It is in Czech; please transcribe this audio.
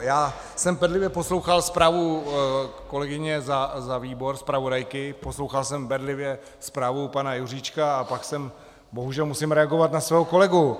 Já jsem bedlivě poslouchal zprávu kolegyně za výbor, zpravodajky, poslouchal jsem bedlivě zprávu pana Juříčka a pak bohužel musím reagovat na svého kolegu.